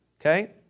Okay